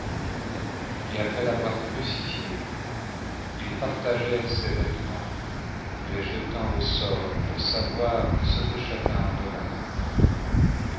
et après l'avoir crucifié ils partagèrent ses vêtements les jetant au sort pour sauoir ce que chacun en aurait